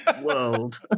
World